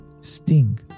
sting